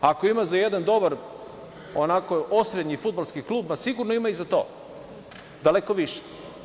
Ako ima za jedan dobar, onako osrednji fudbalski klub, sigurno ima i za to, daleko više.